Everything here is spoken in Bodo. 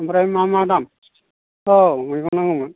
आमफ्राय मा मा दाम औ मैगं नांगौमोन